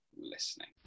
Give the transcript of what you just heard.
Listening